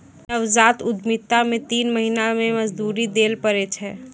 नवजात उद्यमिता मे तीन महीना मे मजदूरी दैल पड़ै छै